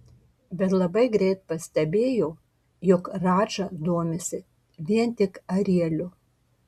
bet labai greit pastebėjo jog radža domisi vien tik arieliu